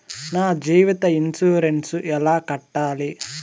నా జీవిత ఇన్సూరెన్సు ఎలా కట్టాలి?